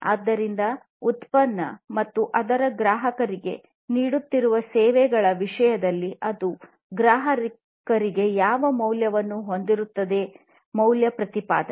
ಆದ್ದರಿಂದ ಉತ್ಪನ್ನ ಮತ್ತು ಅದು ಗ್ರಾಹಕರಿಗೆ ನೀಡುತ್ತಿರುವ ಸೇವೆಗಳ ವಿಷಯದಲ್ಲಿ ಅದು ಗ್ರಾಹಕರಿಗೆ ಯಾವ ಮೌಲ್ಯವನ್ನು ಹೊಂದಿರುತ್ತದೆ ಅದೇ ಮೌಲ್ಯ ಪ್ರತಿಪಾದನೆ